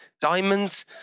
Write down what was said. diamonds